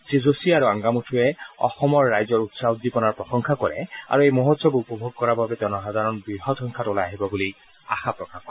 শ্ৰীযোশী আৰু আংগামুথুৱে অসমৰ ৰাইজৰ উৎসাহ উদ্দীপনাৰ প্ৰশংসা কৰে আৰু এই মহোৎসৱ উপভোগ কৰাৰ বাবে জনসাধাৰণ বৃহৎ সংখ্যাত ওলাই আহিব বুলি আশা প্ৰকাশ কৰে